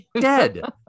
dead